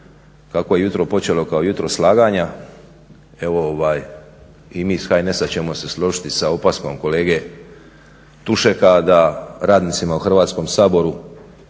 kako je jutro počelo kao jutro slaganja, evo i mi iz HNS-a ćemo se složiti sa opaskom kolege Tušeka da radnicima u Hrvatskom saboru